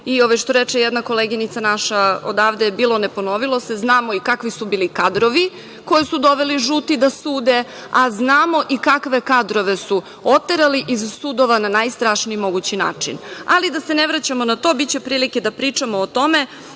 Što reče jedna koleginica odavde – bilo, ne ponovilo se. Znamo i kakvi su bili kadrovi koje su doveli žuti da sude, a znamo i kakva kadrove su oterali iz sudova na najstrašniji mogući način. Ali, da se ne vraćamo na to, biće prilike da pričamo o tome. Meni